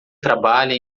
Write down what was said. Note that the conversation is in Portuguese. trabalha